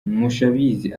mushabizi